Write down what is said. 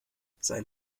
sein